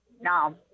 no